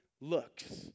looks